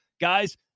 Guys